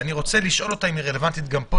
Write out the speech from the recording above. ואני רוצה לשאול אם היא רלוונטית גם פה,